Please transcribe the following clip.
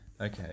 Okay